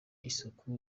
isuku